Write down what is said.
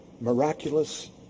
miraculous